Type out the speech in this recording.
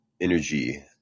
energy